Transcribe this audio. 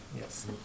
Yes